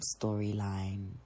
storyline